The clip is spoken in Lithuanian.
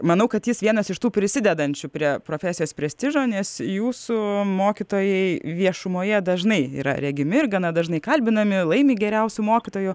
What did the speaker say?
manau kad jis vienas iš tų prisidedančių prie profesijos prestižo nes jūsų mokytojai viešumoje dažnai yra regimi ir gana dažnai kalbinami laimi geriausio mokytojo